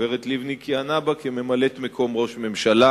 שהגברת לבני כיהנה בה כממלאת-מקום ראש הממשלה,